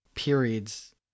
periods